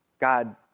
God